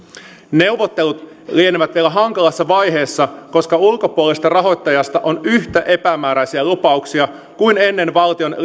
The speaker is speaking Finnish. neuvottelut lienevät vielä hankalassa vaiheessa koska ulkopuolisesta rahoittajasta on yhtä epämääräisiä lupauksia kuin ennen valtion